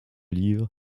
livres